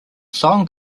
song